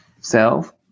self